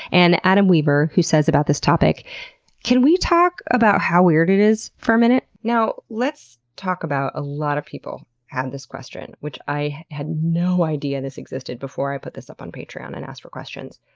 and adam weaver who says about this topic can we talk about how weird it is for a minute? let's talk about, a lot of people had this question, which i had no idea this existed before i put this up on patreon and asked for questions.